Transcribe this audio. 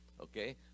okay